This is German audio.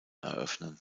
eröffnen